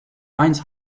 hines